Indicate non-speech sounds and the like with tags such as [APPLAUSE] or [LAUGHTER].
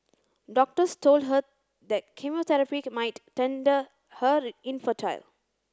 doctors told her that chemotherapy might [UNINTELLIGIBLE] her infertile